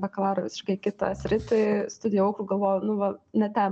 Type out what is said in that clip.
bakalaurą visiškai kitą sritį studijavau galvojau nu va ne ten